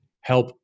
help